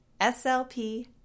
SLP